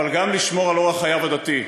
אבל גם לשמור על אורח חייו הדתי,